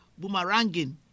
boomeranging